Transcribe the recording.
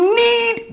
need